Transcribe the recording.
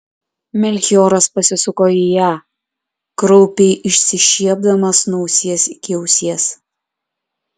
melchioras pasisuko į ją kraupiai išsišiepdamas nuo ausies iki ausies